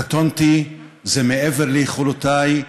קטונתי, זה מעבר ליכולותיי,